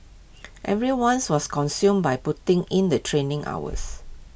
everyone was consumed by putting in the training hours